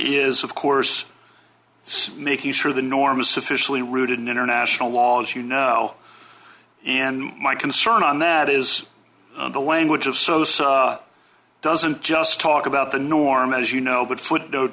is of course making sure the norm is sufficiently rooted in international law as you know and my concern on that is the language of so this doesn't just talk about the norm as you know but footnote